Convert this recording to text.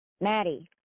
Maddie